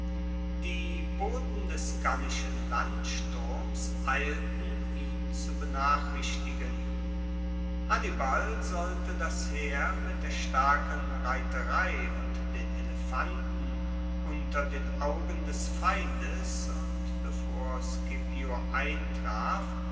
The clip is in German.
die boten des gallischen landsturms eilten ihn zu benachrichtigen hannibal sollte das heer mit der starken reiterei und den elefanten unter den augen des feindes und bevor scipio eintraf